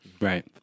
right